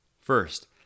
First